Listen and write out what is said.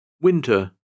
Winter